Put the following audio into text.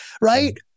right